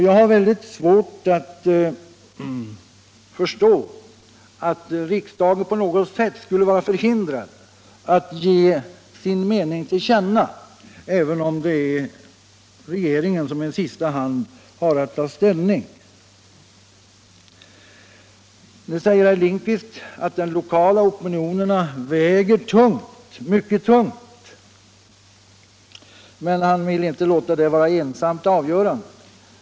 Jag har mycket svårt att förstå att riksdagen på något sätt skulle vara förhindrad att ge sin mening till känna även om det är regeringen som i sista hand skall ta ställning till detta. Herr Lindkvist säger att den lokala opinionen väger mycket tungt men att han inte vill att det skall vara ensamt avgörande.